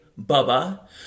Bubba